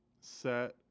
set